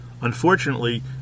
Unfortunately